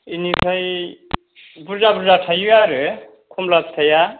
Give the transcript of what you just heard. बेनिफ्राइ बुरजा बुरजा थायो आरो खमला फिथाइआ